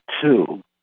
two